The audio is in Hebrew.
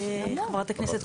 חברת הכנסת,